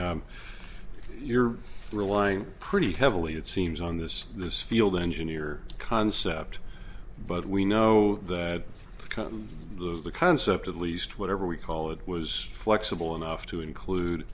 're relying pretty heavily it seems on this this field engineer concept but we know that come the concept of least whatever we call it was flexible enough to include